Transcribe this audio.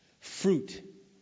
Fruit